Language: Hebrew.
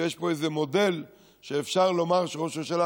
שיש פה איזה מודל שאפשר לומר שראש הממשלה